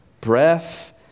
breath